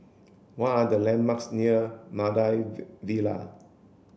what are the landmarks near Maida Vale